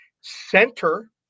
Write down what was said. center